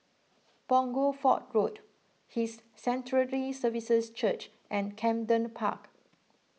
Punggol Fort Road His Sanctuary Services Church and Camden Park